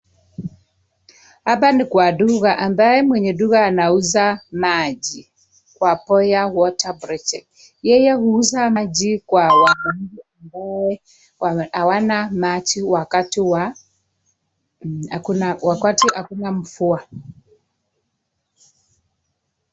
Hapa ni kwa duka ambaye mwenye duka anauza maji kwa (bore water project) . Yeye Huuza maji... Kwa ambaye hawana maji wakati wa wakati hakuna mvua.